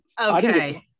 Okay